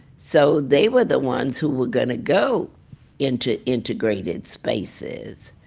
so they were the ones who were going to go into integrated spaces.